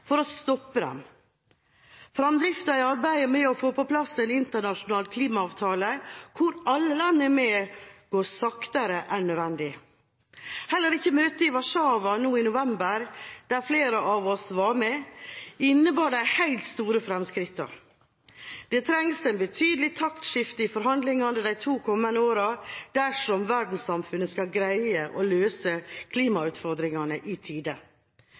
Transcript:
for å stoppe dem. Fremdriften i arbeidet med å få på plass en internasjonal klimaavtale hvor alle land er med, går saktere enn nødvendig. Heller ikke møtet i Warszawa nå i november, der flere av oss var med, innebar de helt store fremskrittene. Det trengs et betydelig taktskifte i forhandlingene de to kommende årene dersom verdenssamfunnet skal greie å løse klimautfordringene i tide.